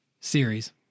Series